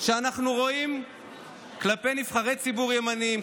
שאנחנו רואים כלפי נבחרי ציבור ימניים,